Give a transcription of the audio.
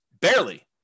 Barely